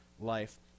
life